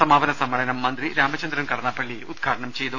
സമാപന സമ്മേളനം മന്ത്രി രാമചന്ദ്രൻ കടന്നപ്പള്ളി ഉദ്ഘാടനം ചെയ്തു